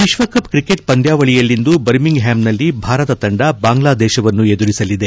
ವಿಶ್ವಕಪ್ ಕ್ರಿಕೆಟ್ ಪಂದ್ವಾವಳಿಯಲ್ಲಿಂದು ಬರ್ಮಿಂಗ್ ಹ್ಡಾಮ್ನಲ್ಲಿ ಭಾರತ ತಂಡ ಬಾಂಗ್ಲಾದೇಶವನ್ನು ಎದುರಿಸಲಿದೆ